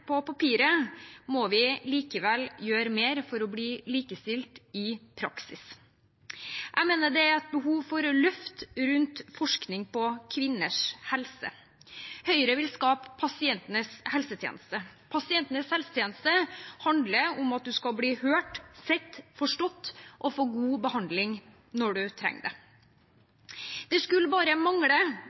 papiret, må vi likevel gjøre mer for å bli likestilt i praksis. Jeg mener det er behov for et løft rundt forskning på kvinners helse. Høyre vil skape pasientenes helsetjeneste. Pasientenes helsetjeneste handler om at man skal bli hørt, sett, forstått og få god behandling når man trenger det. Det skulle bare mangle